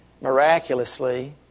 miraculously